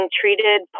treated